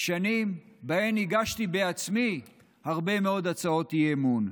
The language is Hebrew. שנים שבהן הגשתי בעצמי הרבה מאוד הצעות אי-אמון,